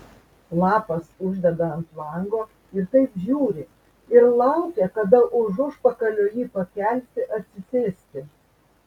lapas uždeda ant lango ir taip žiuri ir laukia kada už užpakalio jį pakelsi atsisėsti